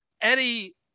Eddie